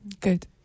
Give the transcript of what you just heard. good